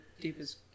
deepest